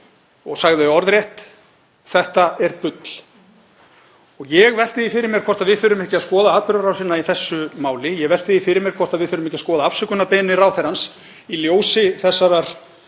og sagði orðrétt: Þetta er bull. Ég velti því fyrir mér hvort við þurfum ekki að skoða atburðarásina í þessu máli. Ég velti því fyrir mér hvort við þurfum ekki að skoða afsökunarbeiðni ráðherrans í ljósi þessarar